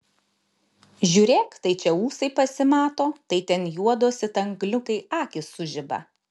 žiūrėk tai čia ūsai pasimato tai ten juodos it angliukai akys sužiba